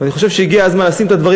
ואני חושב שהגיע הזמן לשים את הדברים